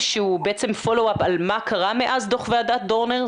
שהוא פולו-אפ על מה קרה מאז דו"ח ועדת דורנר?